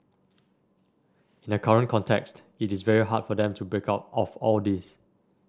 in the current context it's very hard for them to break out of all this